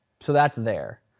so that's there,